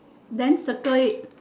then circle it